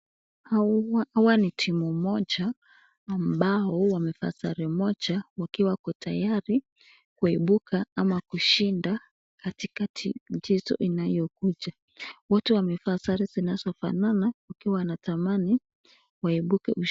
Hawa ni timu moja ambao wamevaa sare moja wakiwa wako tayari kuibuka ama kushinda katika mchezo inayokuja. Wote wamevaa sare zinazofanana wakiwa wanatamani waibuke ushindi.